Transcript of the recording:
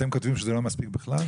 מה שאתם כותבים זה שהוא לא מספיק בכלל?